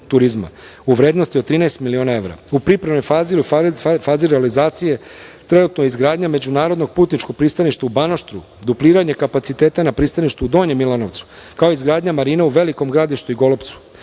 u vrednosti od 13 miliona evra. U pripremnoj fazi i u fazi realizacije trenutno je izgradnja međunarodnog putničkog pristaništa u Banoštru, dupliranje kapaciteta na pristaništu u Donjem Milanovcu, kao i izgradnja marine u Velikom Gradištu i Golupcu.